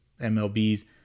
MLB's